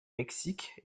mexique